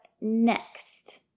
next